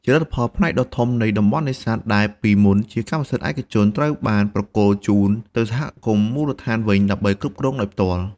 ជាលទ្ធផល ផ្នែកដ៏ធំនៃតំបន់នេសាទដែលពីមុនជាកម្មសិទ្ធិឯកជនត្រូវបានប្រគល់ជូនទៅសហគមន៍មូលដ្ឋានវិញ ដើម្បីគ្រប់គ្រងដោយផ្ទាល់។